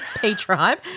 p-tribe